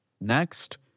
Next